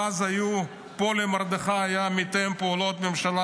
כשפולי מרדכי היה מתאם פעולות הממשלה